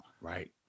Right